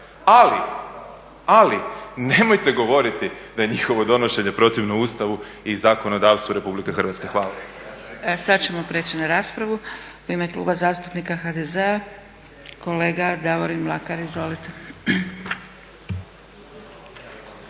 Ali nemojte govoriti da je njihovo donošenje protivno Ustavu i zakonodavstvu RH. Hvala. **Zgrebec, Dragica (SDP)** Sad ćemo preći na raspravu. U ime Kluba zastupnika HDZ-a, kolega Davorin Mlakar. Izvolite.